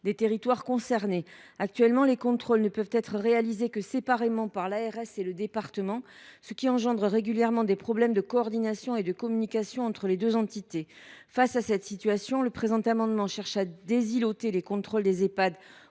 des territoires concernés. Actuellement, les contrôles ne peuvent être réalisés que séparément par l’ARS et le département, ce qui crée régulièrement des problèmes de coordination et de communication entre les deux entités. Face à cela, le présent amendement vise à « désilôter » les contrôles des Ehpad